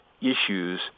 issues